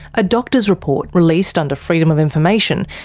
a doctor's report, released under freedom of information,